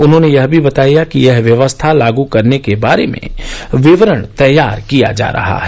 उन्होंने यह भी बताया कि यह व्यवस्था लागू करने के बारे में विवरण तैयार किया जा रहा है